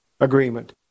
agreement